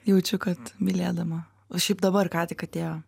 jaučiu kad mylėdama o šiaip dabar ką tik atėjo